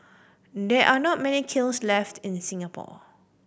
there are not many kilns left in Singapore